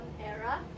ERA